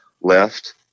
left